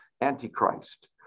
antichrist